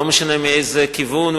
לא משנה מאיזה כיוון,